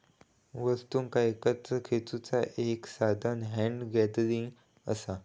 वस्तुंका एकत्र खेचुचा एक साधान हॅन्ड गॅदरिंग असा